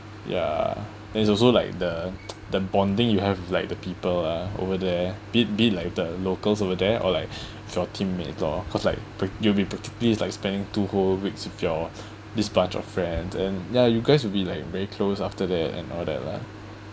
ya then it's also like the the bonding you have with like the people ah over there be be it like with the locals over there or like with your teammates lor cause like you'll be particularly its like spending two whole weeks with your this bunch of friend and ya you guys will be like very close after that and all that lah